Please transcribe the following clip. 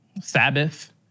Sabbath